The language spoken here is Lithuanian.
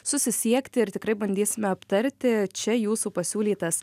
susisiekti ir tikrai bandysime aptarti čia jūsų pasiūlytas